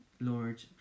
Lord